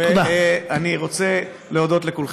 ואני רוצה להודות לכולכם.